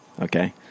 Okay